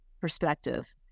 perspective